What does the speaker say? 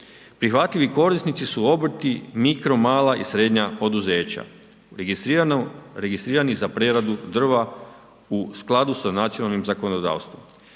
Prihvatljivi korisnici su obrti, mikro, mala i srednja poduzeća registrirani za preradu drva u skladu sa nacionalnim zakonodavstvom.